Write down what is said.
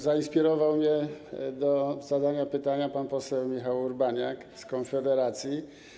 Zainspirował mnie do zadania pytania pan poseł Michał Urbaniak z Konfederacji.